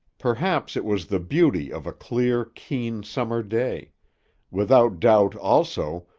perhaps it was the beauty of a clear, keen summer day without doubt, also,